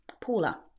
Paula